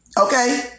Okay